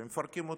אתם מפרקים אותו,